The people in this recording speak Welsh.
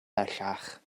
bellach